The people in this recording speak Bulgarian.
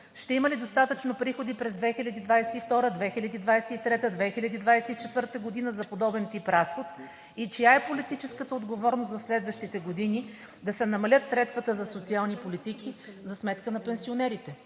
Ще има ли достатъчно приходи през 2022-а, 2023-а, 2024 г. за подобен тип разход и чия е политическата отговорност в следващите години да се намалят средствата за социални политики за сметка на пенсионерите?